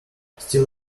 still